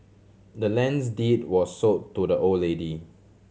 the land's deed was sold to the old lady